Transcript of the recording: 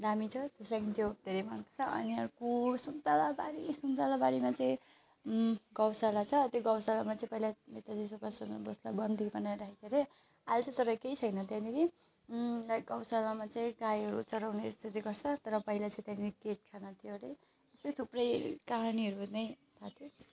दामी छ त्यस लागि त्यो धेरै माग छ अनि अर्को सुन्ताला बारी सुन्तला बारीमा चाहिँ गौशाला छ त्यो गौशालामा चाहिँ पहिला नेताजी सुभाषचन्द्र बोसलाई बन्दी बनाएर राखेको थियो अरे अहिले चाहिँ तर केही छ त्यहाँनिर लाइक गौशालामा चाहिँ गाईहरू चराउने यस्तो त्यो गर्छ तर पहिला चाहिँ त्यहाँनिर कैदखाना थियो अरे यस्तै थुप्रै कहानीहरू नै थाहा थियो